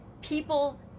people